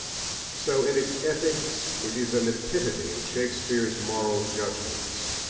so in its ethics it is an epitome of shakespeare's moral judgments.